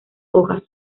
hojas